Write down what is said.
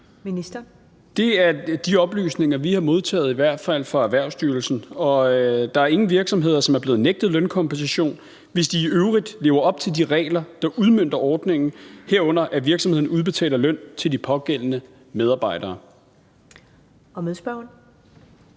Det er de oplysninger, vi i hvert fald har modtaget fra Erhvervsstyrelsen. Der er ingen virksomheder, som er blevet nægtet lønkompensation, hvis de i øvrigt lever op til de regler, der udmønter ordningen, herunder at virksomheden udbetaler løn til de pågældende medarbejdere.